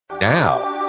now